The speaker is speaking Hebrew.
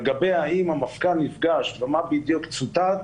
לגבי האם המפכ"ל נפגש ומה בדיוק צוטט,